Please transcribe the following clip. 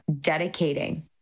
dedicating